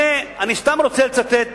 אני סתם רוצה לצטט